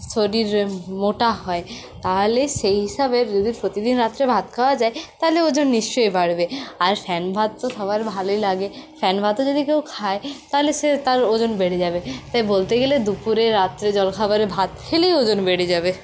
শরীর মোটা হয় তাহলে সেই হিসাবে যদি প্রতিদিন রাত্রে ভাত খাওয়া যায় তাহলে ওজন নিশ্চয়ই বাড়বে আর ফ্যানভাত তো সবার ভালোই লাগে ফ্যানভাতও যদি কেউ খায় তাহলে সে তার ওজন বেড়ে যাবে তাই বলতে গেলে দুপুরে রাত্রে জলখাবারে ভাত খেলেই ওজন বেড়ে যাবে